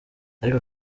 ariko